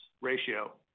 ratio